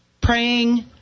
praying